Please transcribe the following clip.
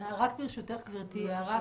רק ברשותך גברתי הערה